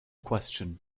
question